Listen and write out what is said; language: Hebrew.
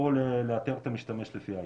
או לאתר את המשתמש לפי IP,